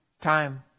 time